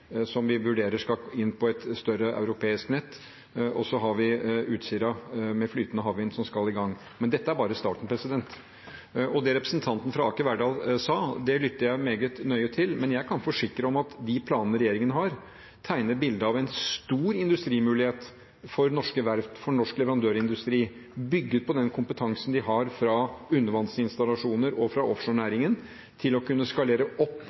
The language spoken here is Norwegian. som vi vurderer skal inn på et større europeisk nett. Og så har vi Utsira med flytende havvind som skal i gang. Men dette er bare starten. Det representanten fra Aker Verdal sa, lytter jeg meget nøye til. Men jeg kan forsikre om at de planene regjeringen har, tegner bilde av en stor industrimulighet for norske verft, for norsk leverandørindustri, bygget på den kompetansen de har fra undervannsinstallasjoner og offshorenæringen til å kunne skalere opp